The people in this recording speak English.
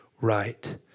right